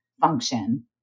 function